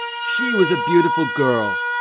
she was a beautiful girl.